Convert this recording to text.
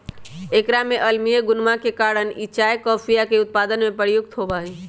एकरा में अम्लीय गुणवा होवे के कारण ई चाय कॉफीया के उत्पादन में प्रयुक्त होवा हई